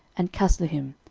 and casluhim,